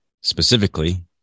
specifically